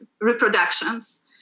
reproductions